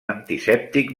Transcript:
antisèptic